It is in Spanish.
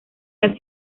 las